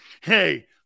Hey